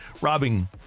robbing